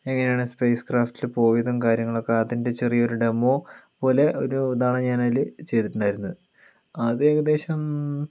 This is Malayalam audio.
എങ്ങനാണ് സ്പേസ് ക്രാഫ്റ്റില് പോയതും കാര്യങ്ങളൊക്കെ അതിൻ്റെ ചെറിയൊരു ഡെമോ പോലെ ഒരു ഇതാണ് ഞാനതില് ചെയ്തിട്ടുണ്ടായിരുന്നത് അത് ഏകദേശം